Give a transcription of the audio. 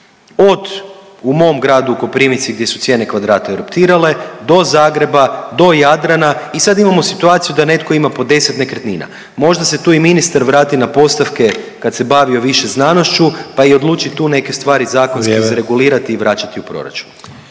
od u mom gradu Koprivnici gdje su cijene kvadrata eruptirale do Zagreba, do Jadrana, i sad imamo situaciju da netko ima po 10 nekretnina. Možda se tu i ministar vrati na postavke kad se bavio više znanošću pa i odluči tu neke stvari zakonski izregulirati .../Upadica: